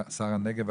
שר הנגב,